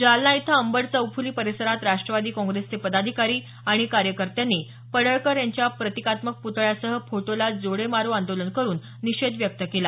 जालना इथं अंबड चौफुली परिसरात राष्ट्रवादी काँग्रेसचे पदाधिकारी आणि कार्यकर्त्यांनी पडळकर यांच्या प्रतिकात्मक प्तळ्यासह फोटोला जोडे मारा आंदोलन करून निषेध व्यक्त केला